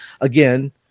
again